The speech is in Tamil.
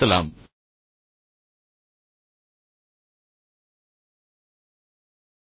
எனவே உண்மையில் மற்ற நபரை ஒதுக்கி வைக்கும் ஒரு அவமானகரமான அல்லது கிண்டலான புன்னகையைக் கொடுக்க வேண்டாம்